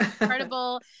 incredible